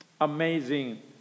Amazing